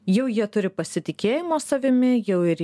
jau jie turi pasitikėjimo savimi jau ir